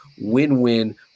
win-win